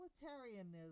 utilitarianism